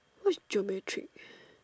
what is geometric